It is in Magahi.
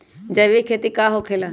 जैविक खेती का होखे ला?